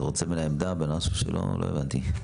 אתה רוצה ממנה עמדה במשהו שהוא לא, לא הבנתי.